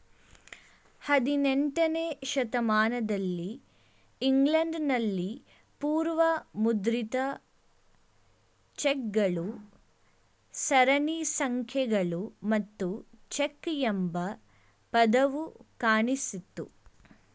ಹದಿನೆಂಟನೇ ಶತಮಾನದಲ್ಲಿ ಇಂಗ್ಲೆಂಡ್ ನಲ್ಲಿ ಪೂರ್ವ ಮುದ್ರಿತ ಚೆಕ್ ಗಳು ಸರಣಿ ಸಂಖ್ಯೆಗಳು ಮತ್ತು ಚೆಕ್ ಎಂಬ ಪದವು ಕಾಣಿಸಿತ್ತು